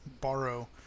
borrow